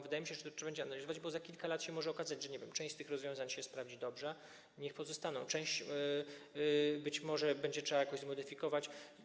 Wydaje mi się, że to trzeba będzie analizować, bo za kilka lat się może okazać, że część z tych rozwiązań się sprawdzi dobrze, niech pozostaną, część być może będzie trzeba jakoś zmodyfikować.